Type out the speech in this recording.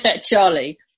Charlie